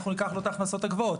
אנחנו ניקח לו את ההכנסות הגבוהות.